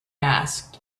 asked